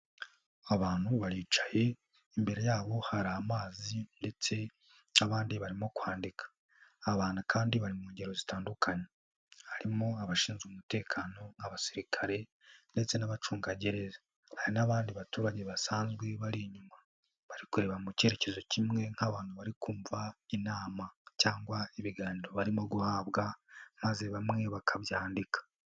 Abantu baricaye, imbere yabo hari amazi ndetse n'abandi barimo kwandika. Abantu kandi bari mu ngero zitandukanye harimo: Abashinzwe umutekano, Abasirikare ndetse n'Abacungagereza. hari n'abandi baturage basanzwe bari inyuma bari kureba mu cyerekezo kimwe nk'abantu bari kumva inama cyangwa ibiganiro barimo guhabwa maze bamwe bakabyandika.